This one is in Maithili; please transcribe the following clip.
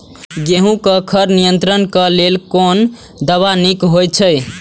गेहूँ क खर नियंत्रण क लेल कोन दवा निक होयत अछि?